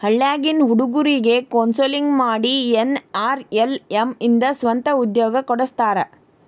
ಹಳ್ಳ್ಯಾಗಿನ್ ಹುಡುಗ್ರಿಗೆ ಕೋನ್ಸೆಲ್ಲಿಂಗ್ ಮಾಡಿ ಎನ್.ಆರ್.ಎಲ್.ಎಂ ಇಂದ ಸ್ವಂತ ಉದ್ಯೋಗ ಕೊಡಸ್ತಾರ